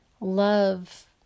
love